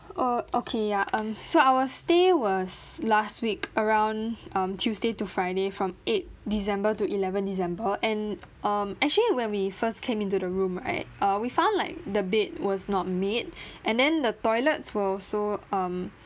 oh okay ya um so our stay was last week around um tuesday to friday from eight december to eleven december and um actually when we first came into the room right uh we found like the bed was not made and then the toilets were also um